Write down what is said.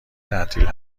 تعطیل